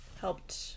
helped